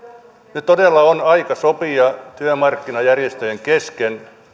nyt todella on aika sopia työmarkkinajärjestöjen kesken